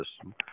system